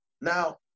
Now